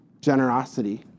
generosity